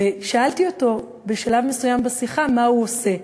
שאלתי אותו בשלב מסוים בשיחה מה הוא עושה,